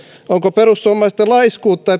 onko perussuomalaisten laiskuutta